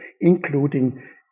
including